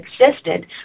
existed